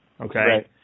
okay